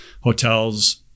Hotels